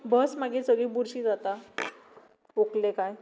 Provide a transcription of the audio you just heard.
बस मागीर सगली बुरशी जाता ओंकले काय